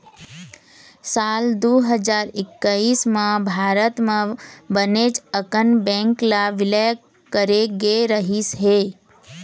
साल दू हजार एक्कइस म भारत म बनेच अकन बेंक ल बिलय करे गे रहिस हे